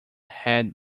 had